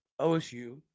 OSU